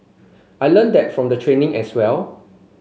I learnt that from the training as well